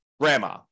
grandma